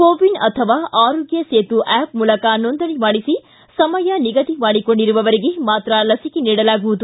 ಕೋವಿನ್ ಅಥವಾ ಆರೋಗ್ಯ ಸೇತು ಆ್ಯಷ್ ಮೂಲಕ ನೋಂದಣಿ ಮಾಡಿಸಿ ಸಮಯ ನಿಗದಿ ಮಾಡಿಕೊಂಡಿರುವವರಿಗೆ ಮಾತ್ರ ಲಸಿಕೆ ನೀಡಲಾಗುವುದು